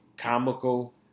comical